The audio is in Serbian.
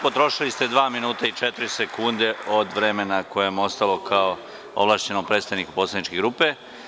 Potrošili ste dva minuta i četiri sekunde od vremena koje vam je ostalo kao ovlašćenom predstavniku poslaničke grupe.